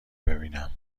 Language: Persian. ببینم